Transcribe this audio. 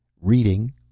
Reading